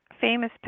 famous